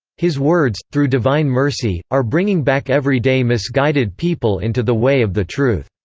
his words, through divine mercy, are bringing back every day misguided people into the way of the truth.